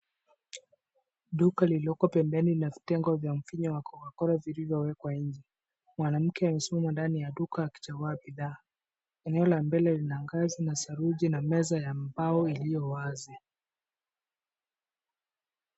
Duka lililoko pembeni lina vitengo vya mvinyo wa Cocacola uliowekwa nnje. Mwanamme yuko ndani ya duka akichagua bidhaa. Eneo la mbele lina ngazi na saruji na meza ya mbao iliyowazi.